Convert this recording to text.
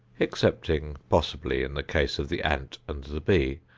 excepting possibly in the case of the ant and the bee,